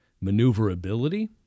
maneuverability